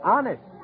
Honest